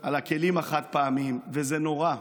על הכלים החד-פעמיים, וזה נורא.